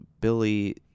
Billy